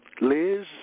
Liz